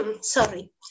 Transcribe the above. Sorry